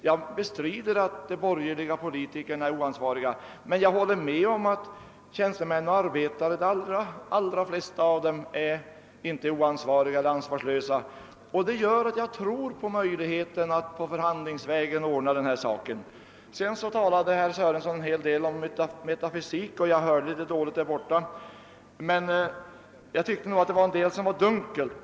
Jag bestrider att vi borgerliga politiker är oansvariga, men jag håller med om att de allra flesta tjänstemän och arbetare inte är ansvarslösa. Detta gör att jag tror på möjligheterna att förhandlingsvägen ordna denna sak. Herr Sörenson talade en hel del om metafysik. Jag hörde litet dåligt borta i min bänk, men jag tyckte att en del var dunkelt.